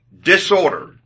disorder